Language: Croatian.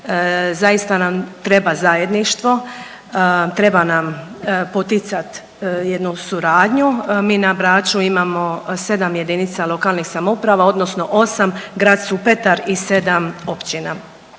zaista nam treba zajedništvo, treba nam poticat jednu suradnju. Mi na Braču imamo 7 JLS odnosno 8, grad Supetar i 7 općina.